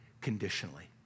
conditionally